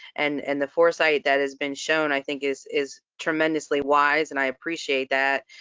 and and the foresight that has been shown, i think is is tremendously wise and i appreciate that.